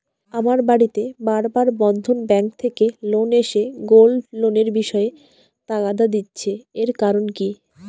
আমার বাড়িতে বার বার বন্ধন ব্যাংক থেকে লোক এসে গোল্ড লোনের বিষয়ে তাগাদা দিচ্ছে এর কারণ কি?